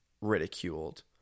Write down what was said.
ridiculed